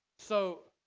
so